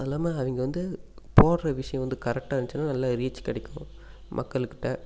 அது இல்லாமல் அவங்க வந்து போடுற விஷயம் வந்து கரெக்டாக இருந்துச்சுன்னா நல்லா ரீச் கிடைக்கும் மக்கள்கிட்ட